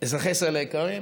אזרחי ישראל היקרים,